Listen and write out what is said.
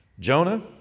Jonah